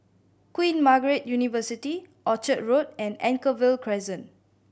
Queen Margaret University Orchard Road and Anchorvale Crescent